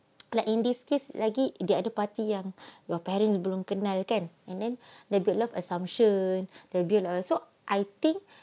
like in this case lagi the other party yang your parents belum kenal kan and then the breedlove assumption the bu~ so I think